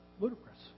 ludicrous